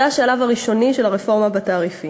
זה היה השלב הראשוני של הרפורמה בתעריפים.